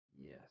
Yes